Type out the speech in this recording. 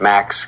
Max